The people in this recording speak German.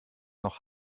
noch